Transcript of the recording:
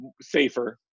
safer